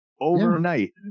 overnight